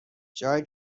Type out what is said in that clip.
جایی